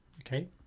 okay